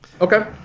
Okay